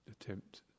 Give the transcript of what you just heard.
attempt